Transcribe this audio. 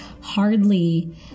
hardly